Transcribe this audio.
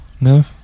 No